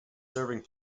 serving